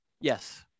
yes